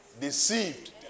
deceived